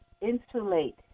insulate